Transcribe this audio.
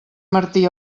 martí